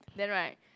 then right